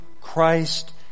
Christ